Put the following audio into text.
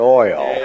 oil